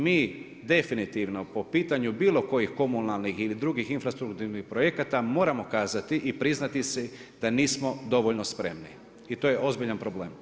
Mi definitivno po pitanju bilo kojih komunalnih ili drugih infrastrukturnih projekata moramo kazati i priznati si da nismo dovoljno spremni i to je ozbiljan problem.